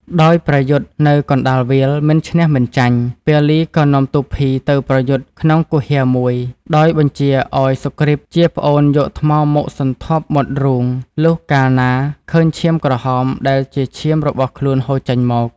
ដោយប្រយុទ្ធនៅកណ្តាលវាលមិនឈ្នះមិនចាញ់ ពាលីក៏នាំទូរភីទៅប្រយុទ្ធក្នុងគុហារមួយ ដោយបញ្ជាឱ្យសុគ្រីព ជាប្អូនយកថ្មមកសន្ធាប់មាត់រូង លុះកាលណាឃើញឈាមក្រហមដែលជាឈាមរបស់ខ្លួនហូរចេញមក។